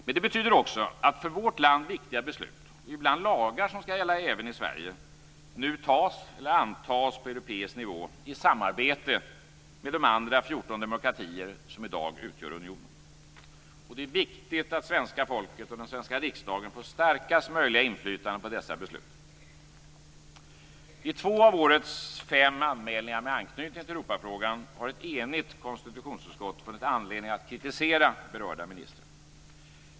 Detta betyder också att för vårt land viktiga beslut, ibland lagar som skall gälla även i Sverige, nu antas på europeisk nivå i samarbete med de andra 14 demokratier som i dag utgör unionen. Det är viktigt att svenska folket och den svenska riksdagen får starkast möjliga inflytande på dessa beslut. Europafrågan har ett enigt konstitutionsutskott funnit anledning att kritisera berörda ministrar.